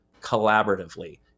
collaboratively